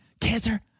cancer